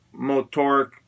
motoric